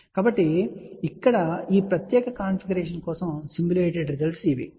కాబట్టి ఇక్కడ ఈ ప్రత్యేక కాన్ఫిగరేషన్ కోసం సిమ్యు లేటెడ్ రిజల్ట్స్ ఇవి